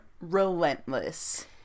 relentless